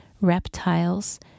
reptiles